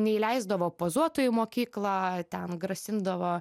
neįleisdavo pozuotojų į mokykla ten grasindavo